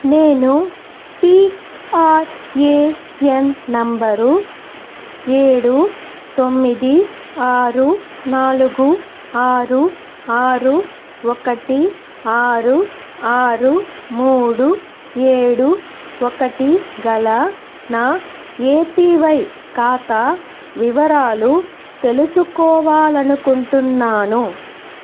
నేను PRAN number ఏడు తొమ్మిది ఆరు నాలుగు ఆరు ఆరు ఒకటి ఆరు ఆరు మూడు ఏడు ఒకటి గల నా ఏపివై ఖాతా వివరాలు తెలుసుకోవాలనుకుంటున్నాను